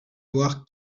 voir